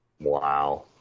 Wow